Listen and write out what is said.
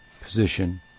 position